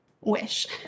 wish